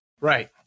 Right